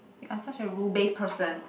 you are such a rule based person